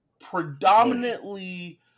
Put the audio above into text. predominantly